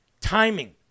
Timing